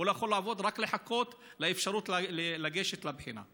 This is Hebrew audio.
הוא לא יכול לעבוד, רק לחכות לאפשרות לגשת לבחינה.